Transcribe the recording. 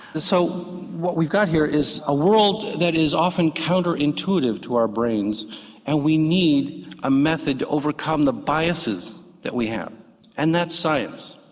so what we've got here is a world that is often counter-intuitive to our brains and we need a method to overcome the biases that we have and that's science.